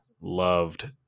loved